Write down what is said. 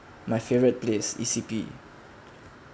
my favourite place E_C_P